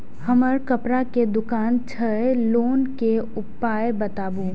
हमर कपड़ा के दुकान छै लोन के उपाय बताबू?